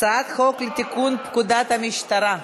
הצעת חוק לתיקון פקודת המשטרה.